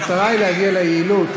המטרה היא להגיע ליעילות.